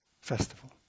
festival